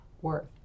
worth